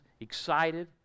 excited